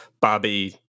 Bobby